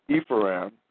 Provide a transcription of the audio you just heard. Ephraim